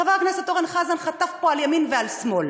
חבר הכנסת אורן חזן חטף פה על ימין ועל שמאל